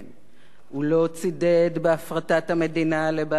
הוא לא צידד בהפרטת המדינה לבעלי ההון.